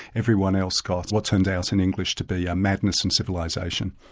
everyone else got what turned out in english to be um madness and civilisation.